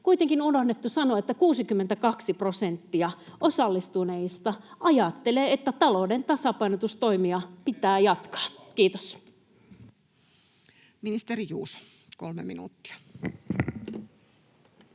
kuitenkin on unohdettu sanoa, että 62 prosenttia osallistuneista ajattelee, että talouden tasapainotustoimia pitää jatkaa. — Kiitos. Ministeri Juuso, kolme minuuttia.